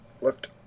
looked